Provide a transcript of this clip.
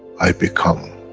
i become,